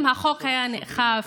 אם החוק היה נאכף,